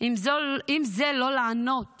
אם זה לא לענות